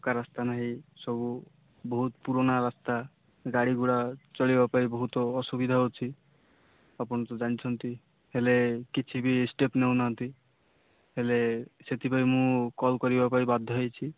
ପକ୍କା ରାସ୍ତା ନାହିଁ ସବୁ ବହୁତ ପୁରୁଣା ରାସ୍ତା ଗାଡ଼ିଗୁଡ଼ା ଚଳିବା ପାଇଁ ବହୁତ ଅସୁବିଧା ହେଉଛି ଆପଣ ତ ଜାଣିଛନ୍ତି ହେଲେ କିଛି ବି ଷ୍ଟେପ୍ ନେଉନାହାନ୍ତି ହେଲେ ସେଥିପାଇଁ ମୁଁ କଲ୍ କରିବା ପାଇଁ ବାଧ୍ୟ ହୋଇଛି